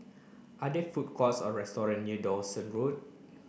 are there food courts or restaurant near Dawson Road